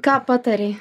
ką patarei